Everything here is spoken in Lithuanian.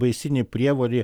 baisinė prievolė